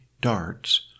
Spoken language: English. darts